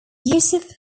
yusuf